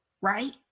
right